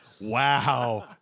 Wow